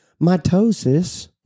Mitosis